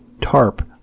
tarp